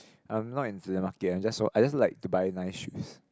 I'm not into the market I'm just so I just like to buy nice shoes